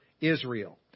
Israel